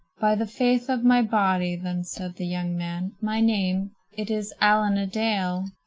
by the faith of my body, then said the young man, my name it is allen-a-dale.